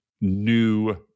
new